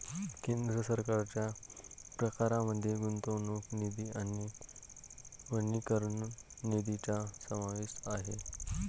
केंद्र सरकारच्या प्रकारांमध्ये गुंतवणूक निधी आणि वनीकरण निधीचा समावेश आहे